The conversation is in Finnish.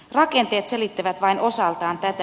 rakenteet selittävät vain osaltaan tätä